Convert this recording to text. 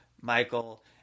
Michael